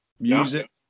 music